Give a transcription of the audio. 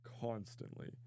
constantly